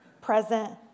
present